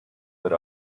but